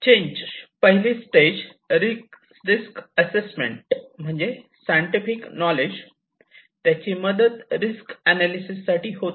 change पहिली stage risk assessment म्हणजेच scientific knowledge त्याची मदत रिस्क अनालिसेस साठी होते